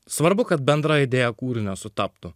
svarbu kad bendrą idėją kūrinio sutaptų